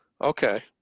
okay